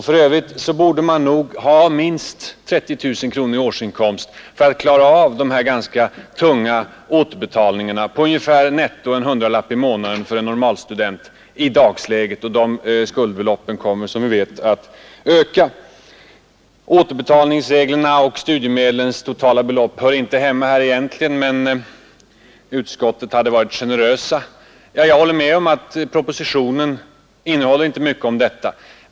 För övrigt behöver man nog ha minst 30 000 kronor i årsinkomst för att klara av de här ganska tunga återbetalningarna på netto en hundralapp i månaden för en normalstudent i dagsläget, och de skuldbeloppen kommer som vi vet att öka. Återbetalningsreglerna och studiemedlens totala belopp hör inte hemma här egentligen, men utskottet har varit generöst och berört även den saken. Jag håller med om att propositionen inte säger mycket om detta.